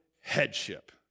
headship